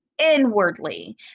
inwardly